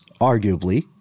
arguably